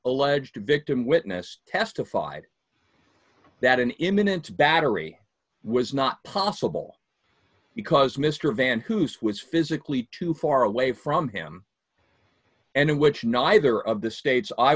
alleged victim witness testified that an imminent battery was not possible because mr van whose was physically too far away from him and in which neither of the state's i